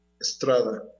Estrada